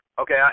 Okay